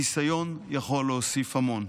ניסיון יכול להוסיף המון.